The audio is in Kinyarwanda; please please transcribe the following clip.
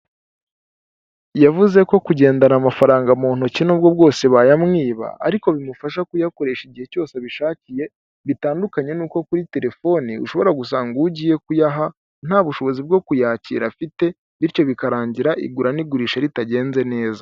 Yavuze ko kugendana amafaranga mu ntoki n'ubwo bwose bayamwiba, ariko bimufasha kuyakoresha igihe cyose abishakiye, bitandukanye n'uko kuri telefone ushobora gusanga uwo ugiye kuyaha nta bushobozi bwo kuyakira afite bityo bikarangira igura n'igurisha ritagenze neza.